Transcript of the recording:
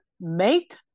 make